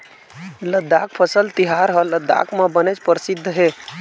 लद्दाख फसल तिहार ह लद्दाख म बनेच परसिद्ध हे